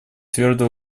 твердо